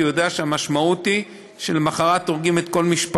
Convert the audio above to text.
כי הוא יודע שהמשמעות היא שלמחרת הורגים את כל משפחתו.